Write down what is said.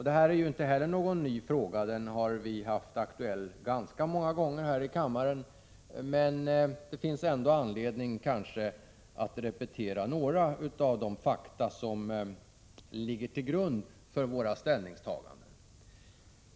Det är inte heller någon ny fråga — den har varit aktuell här i kammaren ganska många gånger — men det finns kanske ändå anledning att repetera några av de fakta som ligger till grund för våra ställningstaganden.